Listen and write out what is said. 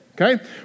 Okay